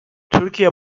türkiye